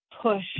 push